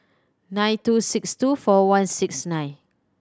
nine two six two four one six nine